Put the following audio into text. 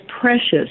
precious